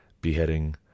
beheading